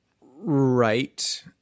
right